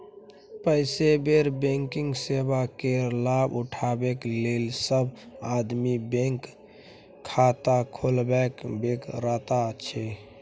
पेशेवर बैंकिंग सेवा केर लाभ उठेबाक लेल सब आदमी केँ बैंक खाता खोलबाक बेगरता छै